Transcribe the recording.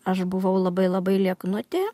aš buvau labai labai lieknutė